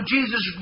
Jesus